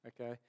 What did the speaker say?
okay